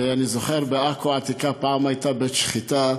ואני זוכר בעכו העתיקה פעם היה בית-שחיטה,